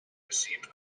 received